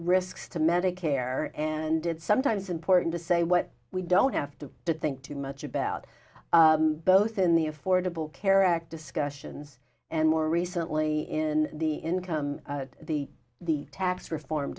risks to medicare and it's sometimes important to say what we don't have to to think too much about both in the affordable care act discussions and more recently in the income the the tax reform